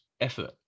effort